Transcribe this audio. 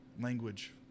language